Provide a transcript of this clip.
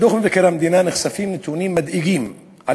בדוח מבקר המדינה נחשפים נתונים מדאיגים על